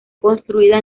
construida